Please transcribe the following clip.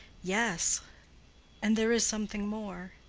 yes and there is something more,